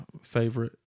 favorite